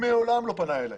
מעולם לא פנה אלי.